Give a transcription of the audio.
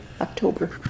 October